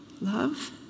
Love